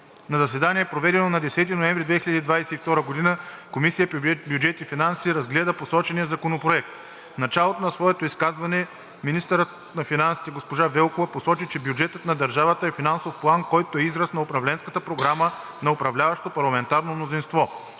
На заседание, проведено на 10 ноември 2022 г., Комисията по бюджет и финанси разгледа посочения законопроект. В началото на своето изказване министърът на финансите – госпожа Велкова, посочи, че бюджетът на държавата е финансов план, който е израз на управленската програма на управляващото парламентарно мнозинство.